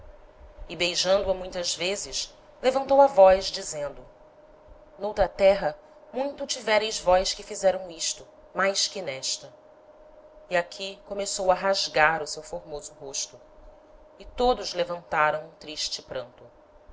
e beijando-a muitas vezes levantou a voz dizendo n'outra terra muitas tivereis vós que fizeram isto mais que n'esta e aqui começou a rasgar o seu formoso rosto e todos levantaram um triste pranto